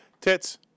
Tits